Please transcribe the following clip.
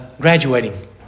graduating